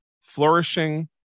flourishing